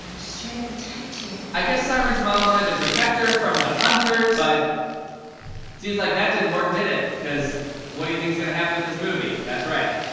she's trying to protect you. i guess siren's mom wanted to protect her from the hunters, but seems like that didn't work, did it? cause what do you think is gonna happen in this movie? that's right,